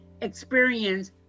experience